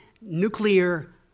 nuclear